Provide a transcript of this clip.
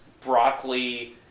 broccoli